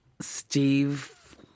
Steve